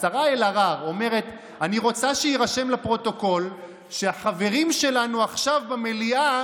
השרה אלהרר אומרת: אני רוצה שיירשם בפרוטוקול שהחברים שלנו עכשיו במליאה